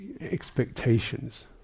expectations